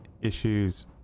issues